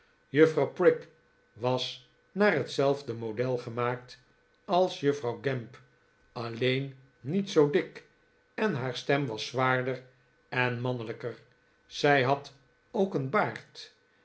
juffrouw prig was naar hetzelfde model gemaakt als juffrouw gamp alleen niet zoo dik en haar stem was zwaarder en mannelijker zij had ook een baard